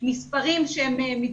פסקי דין של בית